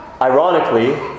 Ironically